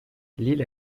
l’île